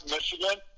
Michigan